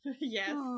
Yes